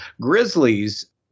Grizzlies